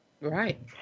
Right